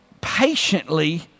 patiently